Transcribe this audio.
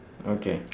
okay